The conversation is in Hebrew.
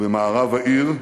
ובמערב העיר,